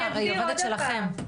אני אגיד עוד הפעם,